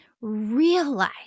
realize